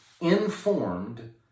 informed